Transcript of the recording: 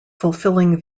fulfilling